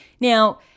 Now –